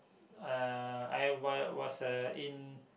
uh I why was uh in